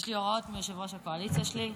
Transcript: יש לי הוראות מיושב-ראש הקואליציה שלי.